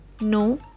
No